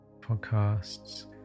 podcasts